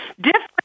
different